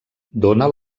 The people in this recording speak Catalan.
dóna